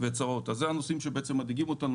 אלה הדברים שמדאיגים אותנו.